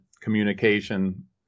communication